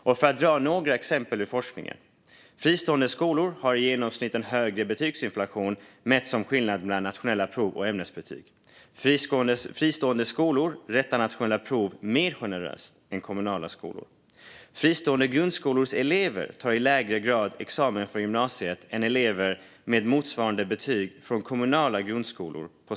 Jag kan ge några exempel ur forskningen: Fristående skolor har i genomsnitt en högre betygsinflation, mätt som skillnad mellan resultat på nationella prov och ämnesbetyg. Fristående skolor rättar nationella prov mer generöst än kommunala skolor. Elever från fristående grundskolor tar i lägre grad examen från gymnasiet jämfört med elever på samma program med motsvarande betyg från kommunala grundskolor.